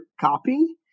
copy